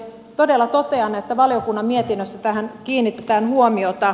todella totean että valiokunnan mietinnössä tähän kiinnitetään huomiota